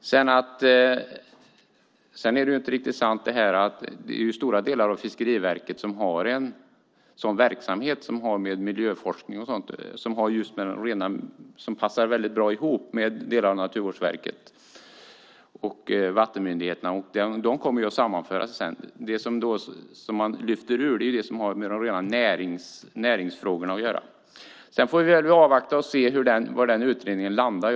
Det han sade är inte riktigt sant. Stora delar av Fiskeriverket har en sådan verksamhet som har med miljöforskning att göra, som passar väldigt bra ihop med delar av Naturvårdsverket och vattenmyndigheterna, och de kommer att sammanföras sedan. Det man lyfter ur är det som har med rena näringsfrågor att göra. Vi får avvakta och se var utredningen landar.